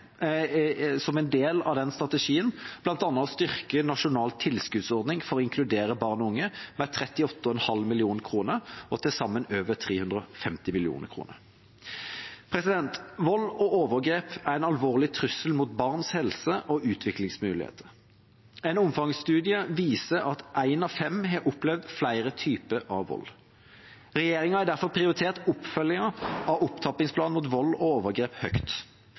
som en del av den strategien, bl.a. å styrke Nasjonal tilskuddsordning for å inkludere barn og unge med 38,5 mill. kr, til sammen over 350 mill. kr. Vold og overgrep er en alvorlig trussel mot barns helse og utviklingsmuligheter. En omfangsstudie viser at en av fem har opplevd flere typer vold. Regjeringa har derfor prioritert oppfølgingen av opptrappingsplanen mot vold og overgrep høyt.